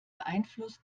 beeinflusst